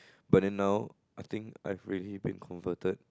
but then now I think I've already been converted